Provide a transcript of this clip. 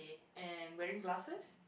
and wearing glasses